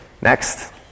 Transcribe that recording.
Next